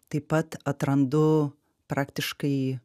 taip pat atrandu praktiškai